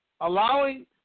allowing